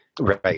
Right